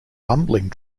bumbling